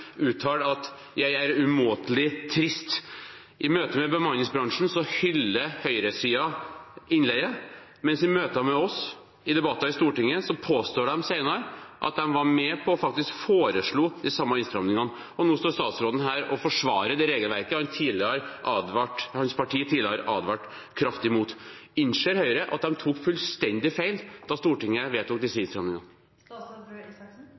at hun var «umåtelig trist». I møte med bemanningsbransjen hyller høyresiden innleie, mens i møter med oss i debatter i Stortinget påstår de senere at de faktisk var med på å foreslå de samme innstramningene. Og nå står statsråden her og forsvarer det regelverket hans parti tidligere advarte kraftig mot. Innser Høyre at de tok fullstendig feil da Stortinget vedtok disse